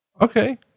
Okay